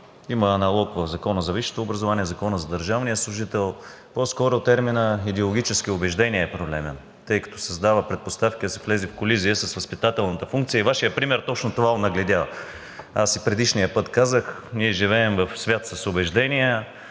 има аналог в Закона за висшето образование, в Закона за държавния служител. По-скоро терминът „идеологически убеждения“ е проблемен, тъй като създава предпоставки да се влезе в колизия с възпитателната функция. Вашият пример точно това онагледява. Аз и предишния път казах: ние живеем в свят с убеждения.